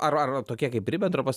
ar ar tokie kaip ribentropas